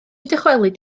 dychwelyd